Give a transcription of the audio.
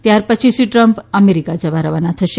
ત્યારપછી Shri Trump America જવા રવાના થશે